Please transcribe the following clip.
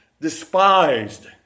despised